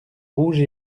rouges